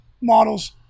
models